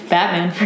Batman